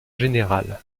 général